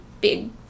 big